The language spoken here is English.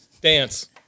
Dance